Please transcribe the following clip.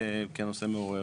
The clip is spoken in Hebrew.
כי הנושא מעורר